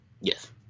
yes